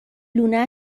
لونه